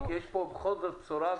יש פה בכל זאת בשורה ושיפור.